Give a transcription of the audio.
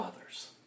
others